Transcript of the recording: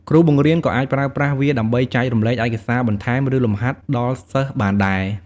គ្រូបង្រៀនក៏អាចប្រើប្រាស់វាដើម្បីចែករំលែកឯកសារបន្ថែម ឬលំហាត់ដល់សិស្សបានដែរ។